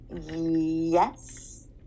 Yes